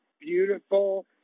beautiful